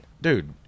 Dude